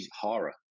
horror